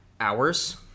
hours